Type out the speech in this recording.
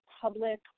public